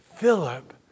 Philip